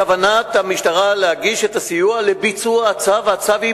בכוונת המשטרה להגיש את הסיוע לביצוע הצו,